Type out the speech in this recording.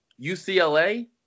UCLA